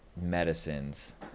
medicines